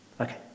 Okay